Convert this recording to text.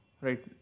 right